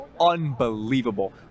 unbelievable